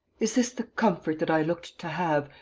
is this the comfort that i looked to have,